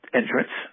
entrance